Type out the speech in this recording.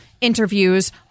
interviews